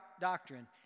doctrine